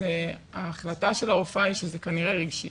אז ההחלטה של הרופאה היא שזה כנראה רגשי,